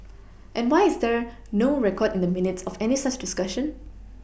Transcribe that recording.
why is there no record in the minutes of any such discussion